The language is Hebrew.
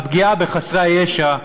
והפגיעה בחסרי הישע,